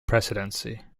presidency